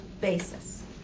basis